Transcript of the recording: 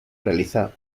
realiza